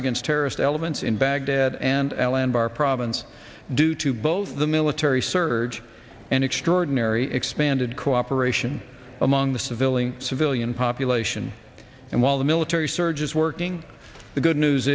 against terrorist elements in baghdad and al anbar province due to both the military surge and extraordinary expanded cooperation among the civilian civilian population and while the military surge is working the good news